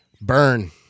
Burn